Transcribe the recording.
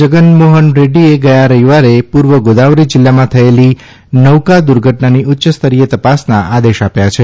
જગનમોહન રેડ્ડીએ ગથા રવિવારે પૂર્વ ગોદાવરી જિલ્લામાં થયેલી નૌકા દુર્ધટનાની ઉચ્યસ્તરીય તપાસના આદેશ આપ્યા છે